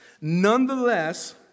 nonetheless